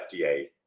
FDA